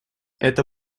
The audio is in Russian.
это